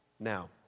Now